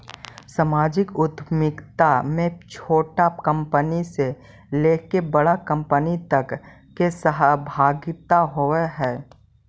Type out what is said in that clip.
सामाजिक उद्यमिता में छोटा कंपनी से लेके बड़ा कंपनी तक के सहभागिता होवऽ हई